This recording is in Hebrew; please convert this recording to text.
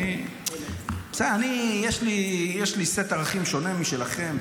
אני, יש לי סט ערכים שונה משלכם.